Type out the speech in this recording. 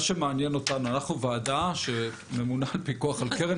אנחנו ועדה שממונה על פיקוח על קרן